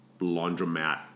laundromat